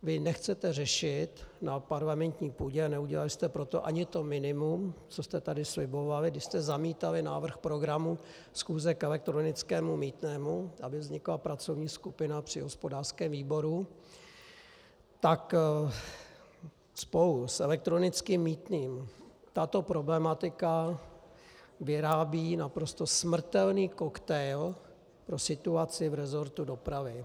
Vy nechcete řešit na parlamentní půdě a neudělali jste pro to ani to minimum, co jste tady slibovali, když jste zamítali návrh programu schůze k elektronickému mýtnému, aby vznikla pracovní skupina při hospodářském výboru, tak spolu s elektronickým mýtným tato problematika vyrábí naprosto smrtelný koktejl pro situaci v resortu dopravy.